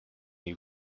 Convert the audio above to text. you